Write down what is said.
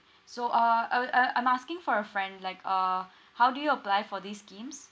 so uh uh uh I'm asking for a friend like err how do you apply for these schemes